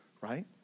right